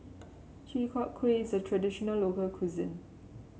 Chi Kak Kuih is a traditional local cuisine